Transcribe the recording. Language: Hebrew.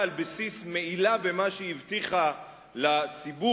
על בסיס מעילה במה שהיא הבטיחה לציבור,